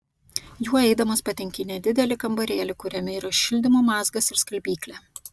juo eidamas patenki į nedidelį kambarėlį kuriame yra šildymo mazgas ir skalbyklė